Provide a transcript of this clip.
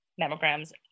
mammograms